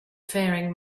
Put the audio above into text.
faring